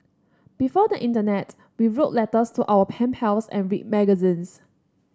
before the internet we wrote letters to our pen pals and read magazines